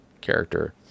character